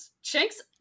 Shanks